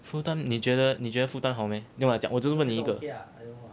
full time 你觉得你觉得 full time 好咩没有我讲我只是问你一个